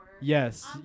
Yes